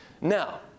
Now